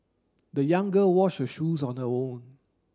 the young girl washed her shoes on her own